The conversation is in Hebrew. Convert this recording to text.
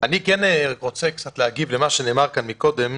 אני כן רוצה קצת להגיב למה שנאמר כאן קודם.